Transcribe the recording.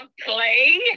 play